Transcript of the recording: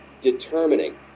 determining